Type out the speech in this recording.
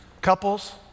couples